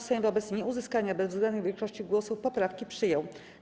Sejm wobec nieuzyskania bezwzględnej większości głosów poprawki przyjął.